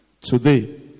today